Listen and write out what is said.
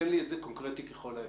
תן לי את זה קונקרטי ככול האפשר.